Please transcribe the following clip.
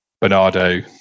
Bernardo